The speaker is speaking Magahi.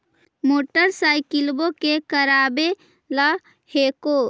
मोटरसाइकिलवो के करावे ल हेकै?